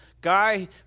guy